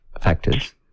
factors